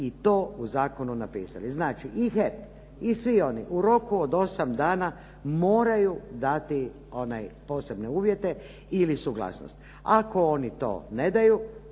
i to u zakonu napisali. Znači i HEP i svi oni u roku od 8 dana moraju dati posebne uvjete ili suglasnost. Ako oni to ne daju,